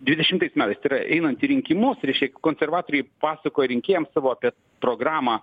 dvidešimtais metais tai yra einant į rinkimus reišia konservatoriai pasakojo rinkėjams savo apie programą